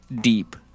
deep